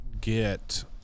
get